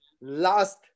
last